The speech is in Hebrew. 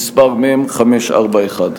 מ/541.